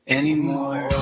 anymore